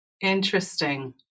Interesting